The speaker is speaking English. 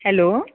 hello